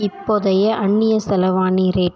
இப்போதைய அந்நிய செலாவணி ரேட்